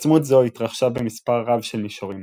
התעצמות זו התרחשה במספר רב של מישורים